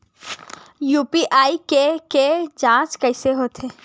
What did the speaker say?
UPI के के जांच कइसे होथे?